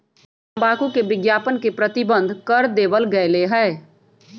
तंबाकू के विज्ञापन के प्रतिबंध कर देवल गयले है